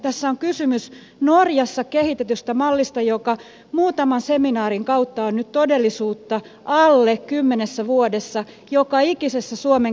tässä on kysymys norjassa kehitetystä mallista joka muutaman seminaarin kautta on nyt todellisuutta alle kymmenessä vuodessa joka ikisessä suomen käräjäoikeudessa